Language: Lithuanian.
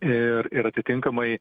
ir ir atitinkamai